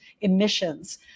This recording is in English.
emissions